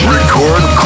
Record